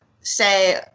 say